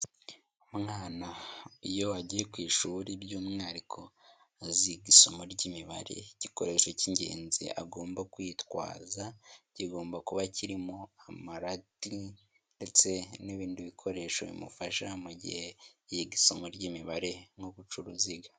Umwana iyo agiye ku ishuri by'umwihariko aziga isomo ry'imibare. Igikoresho k'ingenzi agomba kwitwaza kigomba kuba kirimo amarati ndetse n'ibindi bikoresho bimufasha mu gihe yiga isomo ry'imibare nk'ubucuruzi.